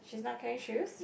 she's not carrying shoes